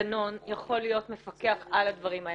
ואיזה מנגנון יכול להיות מפקח על הדברים האלה?